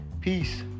peace